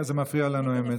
זה מפריע לנו, האמת.